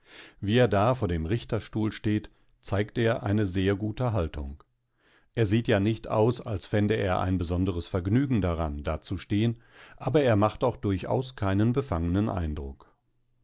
wie er da vor dem richterstuhl steht zeigt er eine sehr gute haltung es sieht ja nicht aus als fände er ein besonderes vergnügen daran da zu stehen aber er macht auch durchaus keinen befangenen eindruck